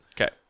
Okay